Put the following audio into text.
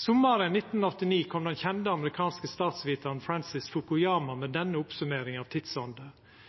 Sommaren 1989 kom den kjende amerikanske statsvitaren Francis Fukuyama med denne oppsummeringa av